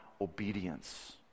obedience